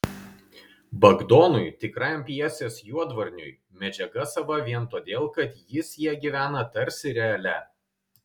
bagdonui tikrajam pjesės juodvarniui medžiaga sava vien todėl kad jis ja gyvena tarsi realia